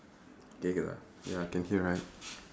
ya can hear right